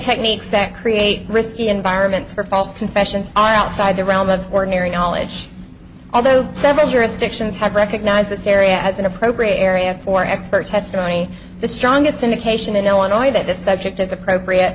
techniques that create risky environments for false confessions are outside the realm of ordinary knowledge although several jurisdictions have recognized this area as an appropriate area for expert testimony the strongest indication in illinois that this subject is appropriate